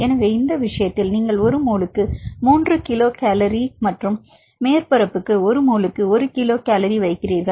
எனவே இந்த விஷயத்தில் நீங்கள் ஒரு மோலுக்கு 3 கிலோ கலோரி1 mole3K cal மற்றும் மேற்பரப்புக்கு ஒரு மோலுக்கு 1 kilo calorie 1mole1 K cal வைக்கிறீர்கள்